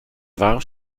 war